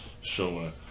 showing